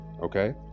okay